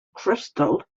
crystal